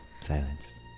Silence